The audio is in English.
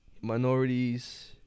minorities